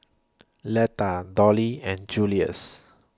Letta Dollie and Julius